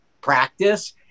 practice